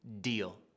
deal